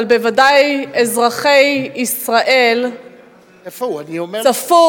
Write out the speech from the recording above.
אבל בוודאי אזרחי ישראל צפו